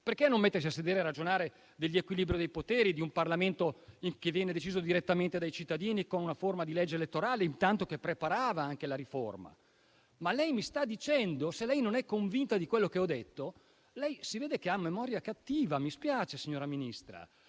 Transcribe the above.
Perché non mettersi a sedere e ragionare degli equilibri dei poteri e di un Parlamento che venisse deciso direttamente dai cittadini con una forma di legge elettorale, intanto che si preparava anche la riforma? Se lei, signora Ministra, non è convinta di quello che ho detto, si vede che ha memoria cattiva, mi spiace. Ripeto, lei